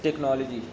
technology